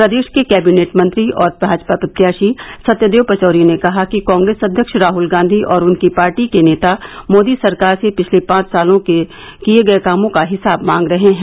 प्रदेश के कैंबिनेट मंत्री और भाजपा प्रत्याशी सत्यदेव पचौरी ने कहा कि कांग्रेस अध्यक्ष राहुल गांधी और उनकी पार्टी के नेता मोदी सरकार से पिछले पांच सालों में किये गये कामों का हिसाब मांग रहे हैं